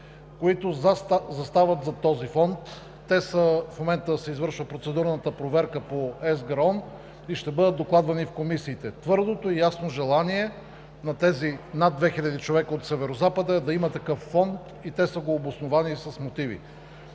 които застават зад този фонд. В момента се извършва процедурната проверка по ЕСГРАОН и ще бъдат докладвани в комисиите. Твърдото и ясно желание на тези над 2000 човека от Северозапада е да има такъв фонд и те са го обосновали с мотиви.